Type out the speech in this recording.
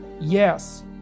Yes